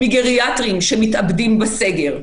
גריאטריים שמתאבדים בסגר.